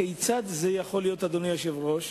כיצד זה יכול להיות, אדוני היושב-ראש,